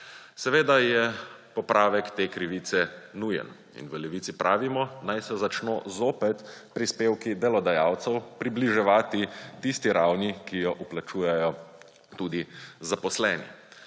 Seveda je popravek te krivice nujen in v Levici pravimo, naj se začno zopet prispevki delodajalcev približevati tisti ravni, ki jo vplačujejo tudi zaposleni.